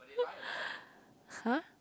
!huh!